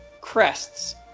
crests